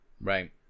Right